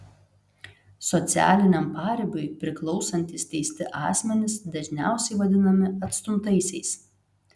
socialiniam paribiui priklausantys teisti asmenys dažniausiai vadinami atstumtaisiais